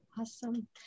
Awesome